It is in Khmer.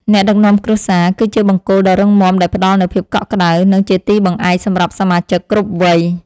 អ្នកដឹកនាំគ្រួសារ គឺជាបង្គោលដ៏រឹងមាំដែលផ្តល់នូវភាពកក់ក្តៅ និងជាទីបង្អែកសម្រាប់សមាជិកគ្រប់វ័យ។